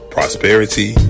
Prosperity